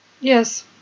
Yes